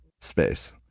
space